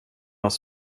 oss